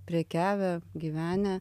prekiavę gyvenę